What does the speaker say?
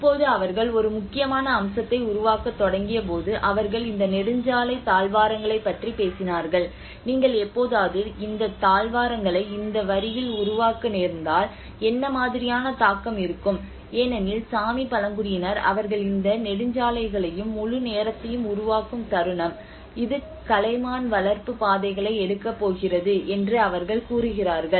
இப்போது அவர்கள் ஒரு முக்கியமான அம்சத்தை உருவாக்கத் தொடங்கியபோது அவர்கள் இந்த நெடுஞ்சாலைத் தாழ்வாரங்களைப் பற்றி பேசினார்கள் நீங்கள் எப்போதாவது இந்த தாழ்வாரங்களை இந்த வரியில் உருவாக்க நேர்ந்தால் என்ன மாதிரியான தாக்கம் இருக்கும் ஏனெனில் சாமி பழங்குடியினர் அவர்கள் இந்த நெடுஞ்சாலைகளையும் முழு நேரத்தையும் உருவாக்கும் தருணம் இது கலைமான் வளர்ப்பு பாதைகளை எடுக்கப் போகிறது என்று அவர்கள் கூறுகிறார்கள்